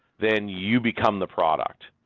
then you become the product.